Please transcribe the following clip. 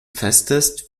festes